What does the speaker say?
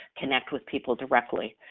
connect with people directly.